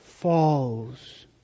falls